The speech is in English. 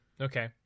Okay